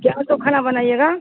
کیا تو کھانا بنائیے گا